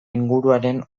inguruaren